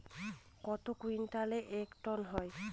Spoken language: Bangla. কত কুইন্টালে এক টন হয়?